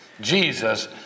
Jesus